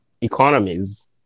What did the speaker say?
economies